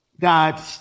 God